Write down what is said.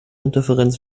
interferenz